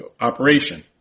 operation